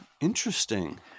Interesting